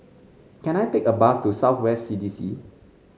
can I take a bus to South West C D C